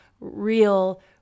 real